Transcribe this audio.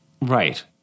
Right